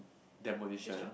demolition